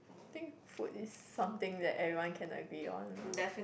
I think food is something that everyone can agree on lah